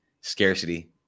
scarcity